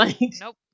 Nope